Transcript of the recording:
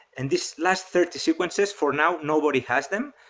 and these last thirty sequences for now, nobody has them.